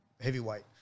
heavyweight